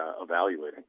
evaluating